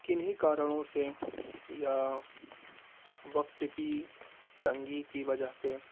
کنہیں کارنوں سے یا وقت کی تنگی کی وجہ سے